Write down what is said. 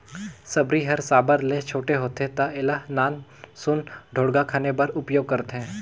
सबरी हर साबर ले छोटे होथे ता एला नान सुन ढोड़गा खने बर उपियोग करथे